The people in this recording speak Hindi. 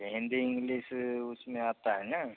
अच्छा हिन्दी इंग्लिश उसमें आता है ना